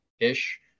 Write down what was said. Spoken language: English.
ish